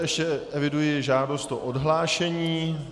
Ještě eviduji žádost o odhlášení.